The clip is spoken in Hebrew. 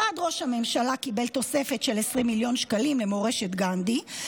משרד ראש הממשלה קיבל תוספת של 20 מיליון שקלים למורשת גנדי,